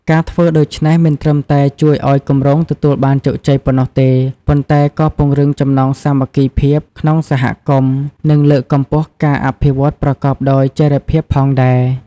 ការធ្វើដូច្នេះមិនត្រឹមតែជួយឲ្យគម្រោងទទួលបានជោគជ័យប៉ុណ្ណោះទេ ប៉ុន្តែក៏ពង្រឹងចំណងសាមគ្គីភាពក្នុងសហគមន៍ និងលើកកម្ពស់ការអភិវឌ្ឍប្រកបដោយចីរភាពផងដែរ។